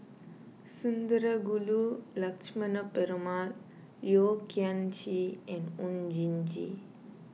Sundarajulu Lakshmana Perumal Yeo Kian Chye and Oon Jin Gee